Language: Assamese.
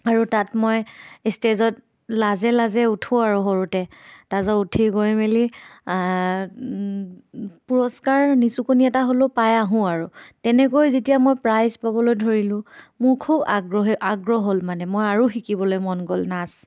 আৰু তাত মই ষ্টেজত লাজে লাজে উঠোঁ আৰু সৰুতে তাতে উঠি গৈ মেলি পুৰষ্কাৰ নিচুকনি এটা হ'লেও পাই আহোঁ আৰু তেনেকৈ যেতিয়া মই প্ৰাইজ পাবলৈ ধৰিলোঁ মোৰ খুব আগ্ৰহী আগ্ৰহ হ'ল মানে মই আৰু শিকিবলৈ মন গ'ল নাচ